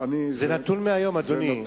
זה נתון מהיום, אדוני.